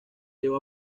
llevó